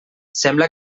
sembla